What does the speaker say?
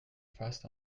fast